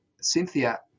cynthia